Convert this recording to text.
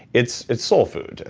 it's it's soul food.